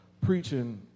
preaching